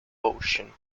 ocean